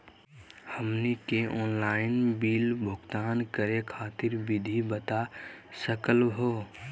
हमनी के online bill भुगतान करे खातीर विधि बता सकलघ हो?